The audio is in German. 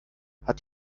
hat